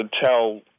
tell